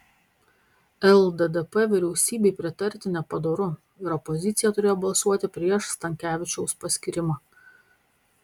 lddp vyriausybei pritarti nepadoru ir opozicija turėjo balsuoti prieš stankevičiaus paskyrimą